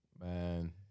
Man